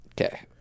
Okay